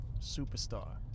superstar